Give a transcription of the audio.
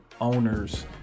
owners